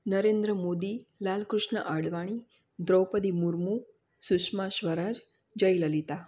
Narendra Modi Lal Krishna Advani Draupadi Murmu Sushma Swaraj Jay Lalita